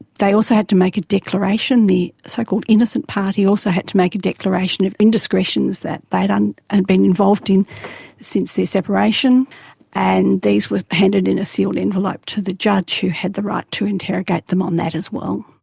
they also had to make a declaration, the so-called innocent party also had to make a declaration of indiscretions that they'd and been involved in since their separation and these were handed in a sealed envelope to the judge, who had the right to interrogate them on that as well.